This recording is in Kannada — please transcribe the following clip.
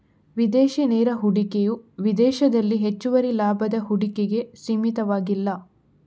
ವಿದೇಶಿ ನೇರ ಹೂಡಿಕೆಯು ವಿದೇಶದಲ್ಲಿ ಹೆಚ್ಚುವರಿ ಲಾಭದ ಹೂಡಿಕೆಗೆ ಸೀಮಿತವಾಗಿಲ್ಲ